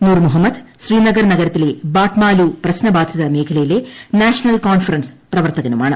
നൂർ മുഹമ്മദ് ശ്രീനഗർ നഗരത്തിലെ ബാട്ട്മാലൂ പ്രശ്നബാധിത മേഖലയിലെ നാഷണൽ കോൺഫറൻസ് പ്രവർത്തകനുമാണ്